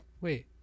Wait